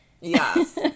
Yes